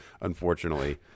unfortunately